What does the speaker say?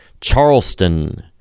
Charleston